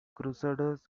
crusaders